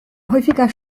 häufiger